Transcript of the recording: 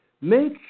Make